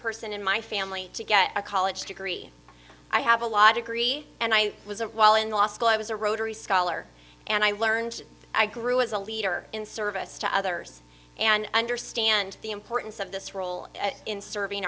person in my family to get a college degree i have a law degree and i was a while in law school i was a rotary scholar and i learned i grew as a leader in service to others and understand the importance of this role in serving